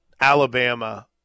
Alabama